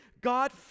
God